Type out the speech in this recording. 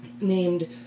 named